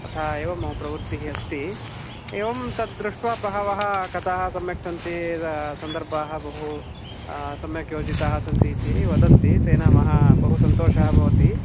तथा एव मम प्रवृत्तिः अस्ति एवं तद्दृष्ट्वा बहवः कथाः सम्यक् सन्ति सन्दर्भाः बहु सम्यक् योजिताः सन्ति इति वदन्ति तेन महा बहु सन्तोषः भवति